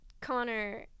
Connor